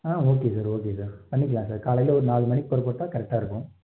okay sir okay sir பண்ணிக்கலாம் sir காலையில் ஒரு நாலு மணிக்கு புறப்புட்டா கரெக்ட்டாக இருக்கும்